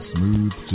Smooth